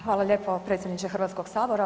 Hvala lijepo, predsjedniče Hrvatskog sabora.